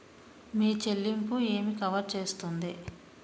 మీ చెల్లింపు ఏమి కవర్ చేస్తుంది?